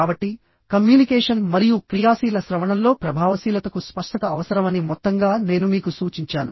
కాబట్టి కమ్యూనికేషన్ మరియు క్రియాశీల శ్రవణంలో ప్రభావశీలతకు స్పష్టత అవసరమని మొత్తంగా నేను మీకు సూచించాను